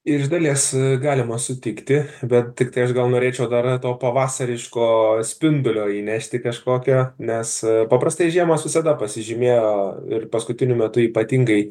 iš dalies galima sutikti bet tiktai aš gal norėčiau dar to pavasariško spindulio įnešti kažkokio nes paprastai žiemos visada pasižymėjo ir paskutiniu metu ypatingai